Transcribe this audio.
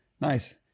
Nice